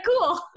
cool